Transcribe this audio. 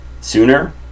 sooner